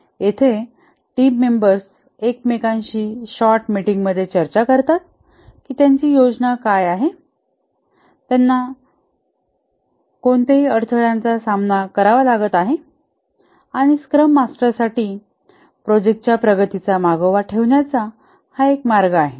येथे team members एकमेकांशी short meeting मध्ये चर्चा करतात की त्यांची योजना काय आहे त्यांना कोणत्याही अडथळ्यांचा सामना करावा लागत आहे आणि स्क्रम मास्टरसाठी प्रोजेक्ट च्या प्रगतीचा मागोवा ठेवण्याचा हा एक मार्ग आहे